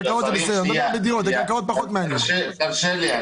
תרשה לי.